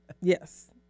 Yes